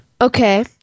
Okay